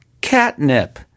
Catnip